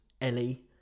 Ellie